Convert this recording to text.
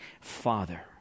Father